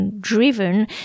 driven